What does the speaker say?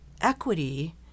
equity